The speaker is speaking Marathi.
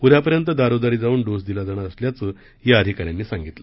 उद्यापर्यंत दारोदारी जावून डोस दिला जाणार असल्याचं या अधिकाऱ्यानं सांगितलं